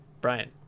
brian